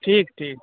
ٹھیک ٹھیک